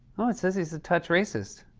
oh, it says he's a touch racist.